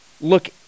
look